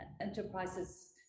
enterprises